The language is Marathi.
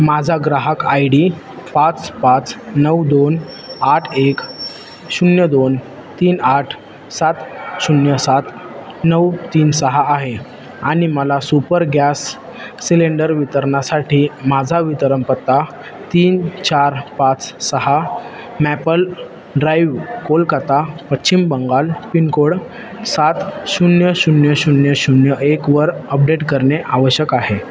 माझा ग्राहक आय डी पाच पाच नऊ दोन आठ एक शून्य दोन तीन आठ सात शून्य सात नऊ तीन सहा आहे आणि मला सुपर गॅस सिलेंडर वितरणासाठी माझा वितरण पत्ता तीन चार पाच सहा maple drive Kolkata Paschim Bangal pin code सात शून्य शून्य शून्य शून्य एकवर अपडेट करणे आवश्यक आहे